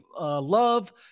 love